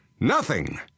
Nothing